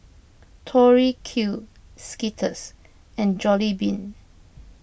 Tori Q Skittles and Jollibean